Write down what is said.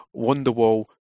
Wonderwall